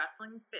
wrestling